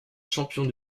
champion